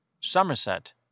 Somerset